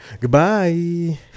Goodbye